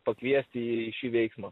pakviesti į šį veiksmą